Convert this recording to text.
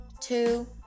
two